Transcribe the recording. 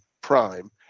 prime